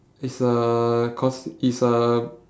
it's a cause it's a